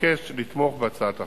אבקש לתמוך בהצעת החוק.